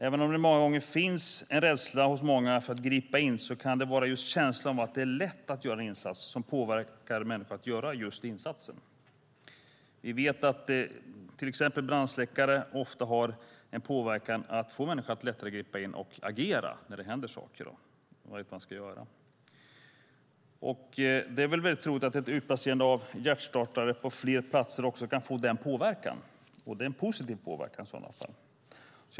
Även om det många gånger finns en rädsla för att gripa in kan det vara just känslan av att det är lätt att göra en insats som påverkar människor att göra insatsen. Vi vet att till exempel brandsläckare ofta har den påverkan att människor lättare griper in och agerar när något händer. Det är troligt att ett utplacerande av hjärtstartare på fler platser också kan få den verkan, vilket i så fall är positivt.